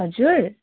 हजुर